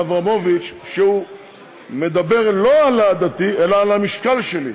אברמוביץ שמדבר לא על העניין העדתי אלא על המשקל שלי